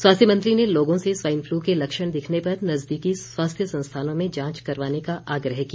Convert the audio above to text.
स्वास्थ्य मंत्री ने लोगों से स्वाइन फ्लू के लक्षण दिखने पर नजदीकी स्वास्थ्य संस्थानों में जांच करवाने का आग्रह किया